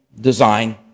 design